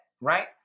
Right